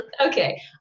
okay